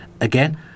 again